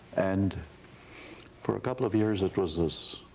and for a couple of years it was this